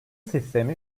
sistemi